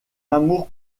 amour